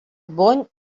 bony